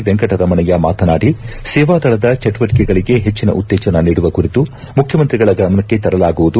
ವೆಂಕಟರಮಣಯ್ಯ ಮಾತನಾಡಿ ಸೇವಾದಳದ ಚಿಟುವಟಿಕೆಗಳಿಗೆ ಹೆಚ್ಚಿನ ಉತ್ತೇಜನ ನೀಡುವ ಕುರಿತು ಮುಖ್ಯಮಂತ್ರಿಗಳ ಗಮನಕ್ಕೆ ತರಲಾಗುವುದು